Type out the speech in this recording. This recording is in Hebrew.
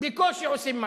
בקושי עושים משהו,